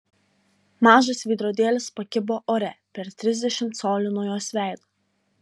mažas veidrodėlis pakibo ore per trisdešimt colių nuo jos veido